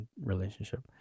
relationship